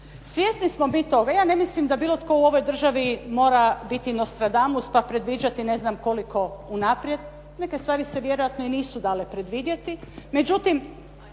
Svjesni smo mi toga. Ja ne mislim da bilo tko u ovoj državi mora biti Nostradamus pa predviđati ne znam koliko unaprijed. Neke stvari se vjerojatno i nisu dale predvidjeti.